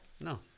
no